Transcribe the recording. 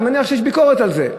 אני מניח שיש ביקורת על זה.